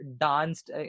danced